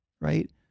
Right